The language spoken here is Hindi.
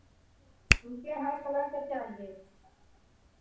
मुझे हर कलर का चाहिए